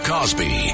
Cosby